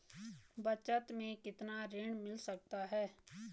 बचत मैं कितना ऋण मिल सकता है?